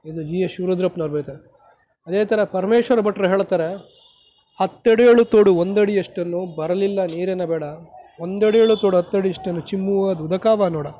ಇದು G S ಶಿವರುದ್ರಪ್ಪನವರು ಬರೀತಾರೆ ಅದೇ ಥರ ಪರಮೇಶ್ವರ್ ಭಟ್ಟರು ಹೇಳ್ತಾರೆ ಹತ್ತಡಿಯೊಳು ತೋಡು ಒಂದಡಿಯಷ್ಟನ್ನೂ ಬರಲಿಲ್ಲ ನೀರೆನಬೇಡ ಒಂದಡಿಯೊಳು ತೋಡು ಹತ್ತಡಿ ಇಷ್ಟನ್ನು ಚಿಮ್ಮುವುದುದಕವ ನೋಡಾ